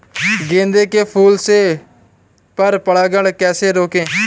गेंदे के फूल से पर परागण कैसे रोकें?